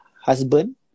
husband